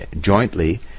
jointly